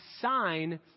sign